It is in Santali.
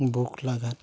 ᱵᱩᱠ ᱞᱟᱜᱟᱫ